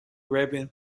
arabian